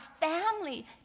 family